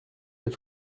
les